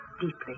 deeply